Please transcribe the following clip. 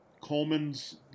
Coleman's